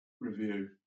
review